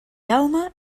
jaume